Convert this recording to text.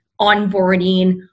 onboarding